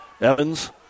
Evans